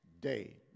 day